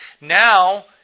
Now